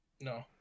No